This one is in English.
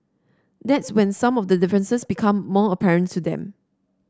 that's when some of the differences become more apparent to them